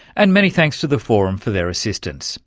and many thanks to the forum for their assistance.